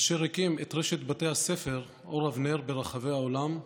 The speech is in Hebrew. אשר הקים את רשת בתי הספר אור אבנר ברחבי העולם,